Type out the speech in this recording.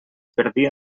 perdia